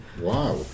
Wow